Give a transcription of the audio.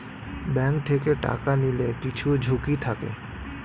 bank থেকে টাকা নিলে কিছু ঝুঁকি থাকে